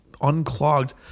unclogged